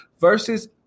Versus